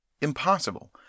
Impossible